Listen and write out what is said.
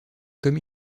comme